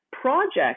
project